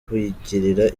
kwigirira